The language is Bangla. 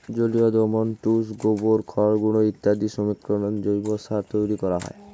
জলীয় দ্রবণ, তুষ, গোবর, খড়গুঁড়ো ইত্যাদির সংমিশ্রণে জৈব সার তৈরি করা হয়